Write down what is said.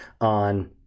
on